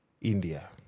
india